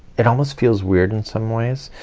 it almost feels weird in some ways.